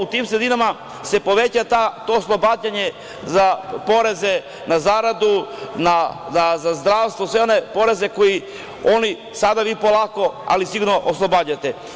U tim sredinama da se poveća to oslobađanje za poreze na zaradu, za zdravstvo, sve one poreze kojih ih sada polako, ali sigurno oslobađate.